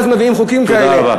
ואז מביאים חוקים כאלה.